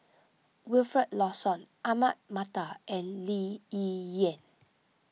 Wilfed Lawson Ahmad Mattar and Lee Yi Shyan